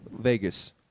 Vegas